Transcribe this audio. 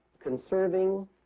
conserving